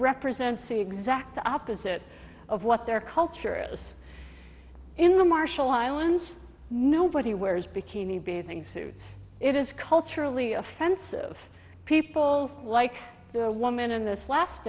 represents the exact opposite of what their culture is in the marshall islands nobody wears bikini bathing suits it is culturally offensive people like the woman in this last